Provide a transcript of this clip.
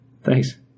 Thanks